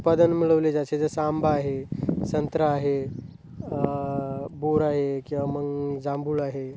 उत्पादन मिळवले जायचे जसं आंबा आहे संत्रं आहे बोर आहे किंवा मग जांभूळ आहे